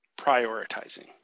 prioritizing